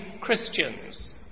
Christians